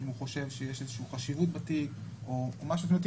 אם הוא חושב שיש איזושהי חשיבות בתיק או משהו אחר.